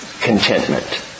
contentment